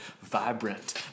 vibrant